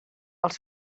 els